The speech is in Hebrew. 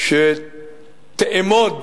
שתאמוד